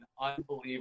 unbelievable